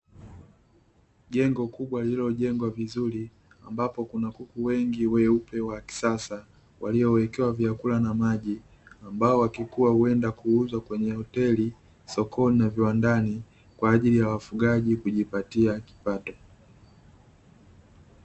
Jengo kubwa lililojengwa vizuri, ambapo kuna kuku wengi weupe wa kisasa, waliowekewa vyakula na maji, ambao wakikua huenda kuuzwa kwenye hoteli, sokoni na viwandani kwa ajili ya wafugaji kujipatia kipato.